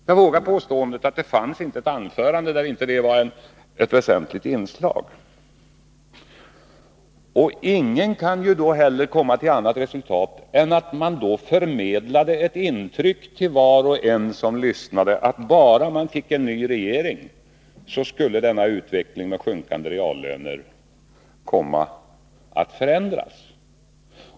Jag vågar påståendet att det inte fanns ett anförande där inte detta var ett väsentligt inslag. Ingen kan därmed heller komma till annat resultat än att socialdemokraterna då förmedlade ett intryck till var och en som lyssnade, att bara man fick en ny regering skulle denna utveckling med sjunkande reallöner komma att förändras.